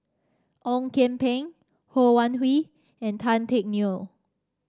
Ong Kian Peng Ho Wan Hui and Tan Teck Neo